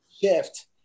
shift